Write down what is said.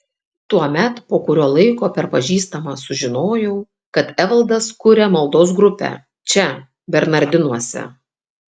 tuomet po kurio laiko per pažįstamą sužinojau kad evaldas kuria maldos grupę čia bernardinuose